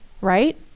right